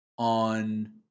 On